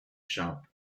sharp